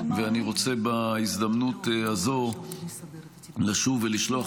ואני רוצה בהזדמנות הזאת לשוב ולשלוח